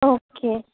okay